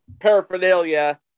paraphernalia